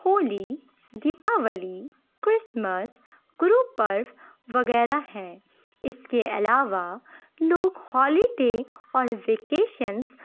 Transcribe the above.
Holi Deepavali Christmas Gurpurab وغیرہ ہیں اس کے علاوہ لوگ ہالیڈے اور ویکیشنز